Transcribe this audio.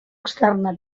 externa